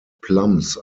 plums